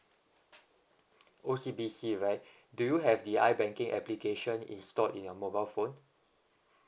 O_C_B_C right do you have the I banking application install in your mobile phone